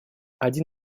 один